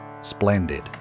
Splendid